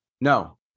No